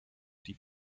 die